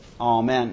Amen